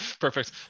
Perfect